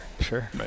Sure